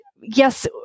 yes